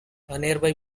nearby